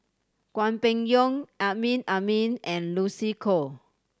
Hwang Peng Yuan Amrin Amin and Lucy Koh